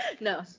no